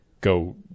go